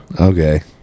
Okay